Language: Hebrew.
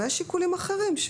וישנם שיקולים אחרים,